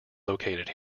located